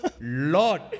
Lord